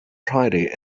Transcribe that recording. priory